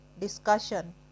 discussion